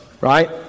Right